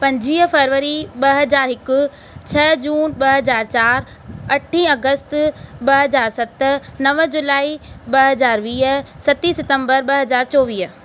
पंजवीह फरवरी ॿ हज़ार हिकु छह जून ॿ हज़ार चारि अठी अगस्त ॿ हज़ार सत नव जुलाई ॿ हज़ार वीह सती सितंबर ॿ हज़ार चोवीह